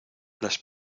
las